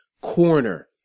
corner